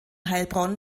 heilbronn